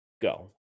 go